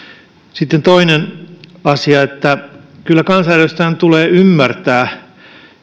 sitten toinen asia kyllä kansanedustajan tulee ymmärtää